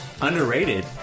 Underrated